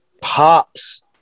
Pops